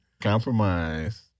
Compromise